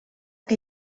que